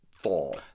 fall